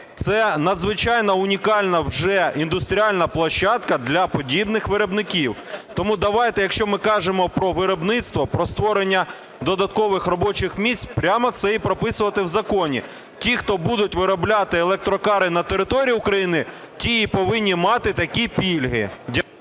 Це надзвичайно унікальна вже індустріальна площадка для подібних виробників. Тому давайте, якщо ми кажемо про виробництво, про створення додаткових робочих місць, прямо це і прописувати в законі: ті, хто будуть виробляти електрокари на території України, ті і повинні мати такі пільги.